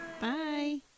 Bye